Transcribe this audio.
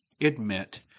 admit